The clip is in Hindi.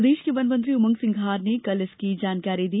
प्रदेश के वन मंत्री उमंग सिंघार ने कल इसकी जानकारी दी